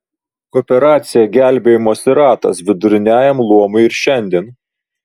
kooperacija gelbėjimosi ratas viduriniajam luomui ir šiandien